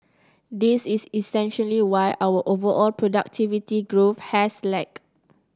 this is essentially why our overall productivity growth has lagged